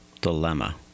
Dilemma